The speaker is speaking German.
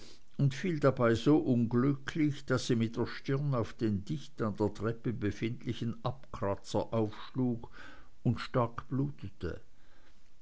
und fiel dabei so unglücklich daß sie mit der stirn auf den dicht an der treppe befindlichen abkratzer aufschlug und stark blutete